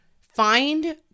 find